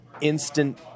Instant